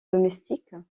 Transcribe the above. domestique